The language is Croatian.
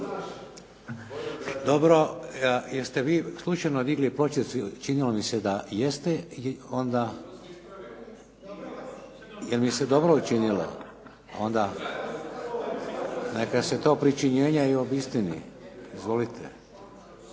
Dobro. Jeste vi slučajno digli pločicu? Činilo mi se da jeste. Jel mi se dobro učinilo? … /Upadica se ne čuje./… Neka se to pričinjenje i obistini. Izvolite.